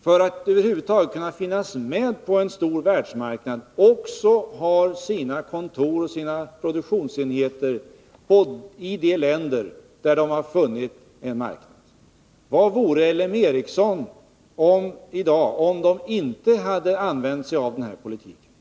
för att över huvud taget kunna finnas med på en stor världsmarknad, också har sina kontor och sina produktionsenheter i de länder där de har funnit en marknad. Vad vore LM Ericsson i dag om företaget inte hade använt denna politik?